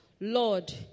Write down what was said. Lord